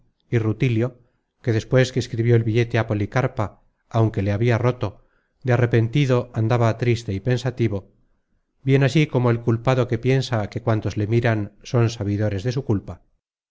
rutilio que despues que escribió el billete á policarpa aunque le habia roto de arrepentido andaba triste y pensativo bien así como el culpado que piensa que cuantos le miran son sabidores de su culpa